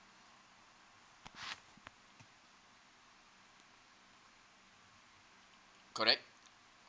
correct